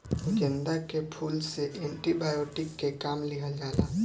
गेंदा के फूल से एंटी बायोटिक के काम लिहल जाला